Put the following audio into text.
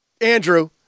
Andrew